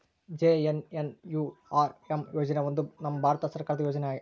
JNNURM ಯೋಜನೆ ಒಂದು ನಮ್ ಭಾರತ ಸರ್ಕಾರದ ಯೋಜನೆ ಐತಿ